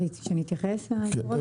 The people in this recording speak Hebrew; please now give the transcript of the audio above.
תודה.